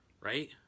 right